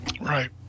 Right